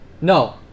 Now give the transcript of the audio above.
No